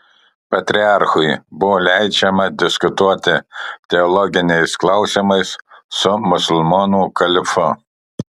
patriarchui buvo leidžiama diskutuoti teologiniais klausimais su musulmonų kalifu